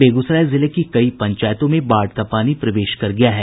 बेगूसराय जिले की कई पंचायतों में बाढ़ का पानी प्रवेश कर गया है